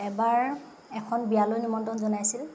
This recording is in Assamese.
এবাৰ এখন বিয়ালৈ নিমন্ত্ৰণ জনাইছিল